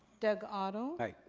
doug otto. aye.